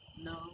No